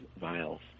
vials